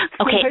Okay